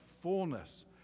fullness